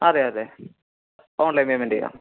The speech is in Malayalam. അതെ അതെ ഓൺലൈൻ പേയ്മെൻ്റെ ചെയ്യാം